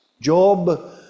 Job